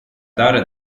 dare